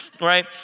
Right